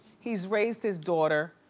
he's raised his daughter,